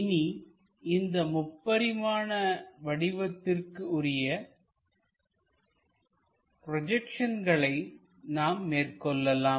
இனி இந்த முப்பரிமாண வடிவத்திற்கு உரிய ப்ரொஜெக்ஷன்களை நாம் மேற்கொள்ளலாம்